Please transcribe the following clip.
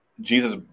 Jesus